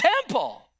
temple